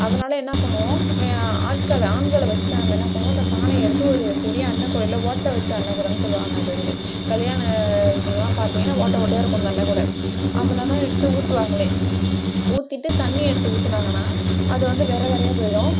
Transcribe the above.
அதனால் என்ன பண்ணுவோம் வே ஆட்களை ஆண்களை வெச்சு தான் நம்ம என்ன பண்ணுவோம் இந்த பானையை எடுத்து ஒரு பெரிய அன்னக்கூடையில் ஓட்டை வைச்ச அன்னக்கூடைன் சொல்லுவாங்க அது வந்து கல்யாண இதெல்லாம் பார்த்தீங்கன்னா ஓட்டை ஓட்டையாக இருக்கும் இந்த அன்னக்கூடை அதில் தான் எடுத்து ஊற்றுவாங்களே ஊற்றிட்டு தண்ணி எடுத்து ஊற்றினாங்கன்னா அது வந்து விரை விரையா போய்விடும்